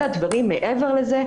אלא דברים מעבר לזה.